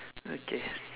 okay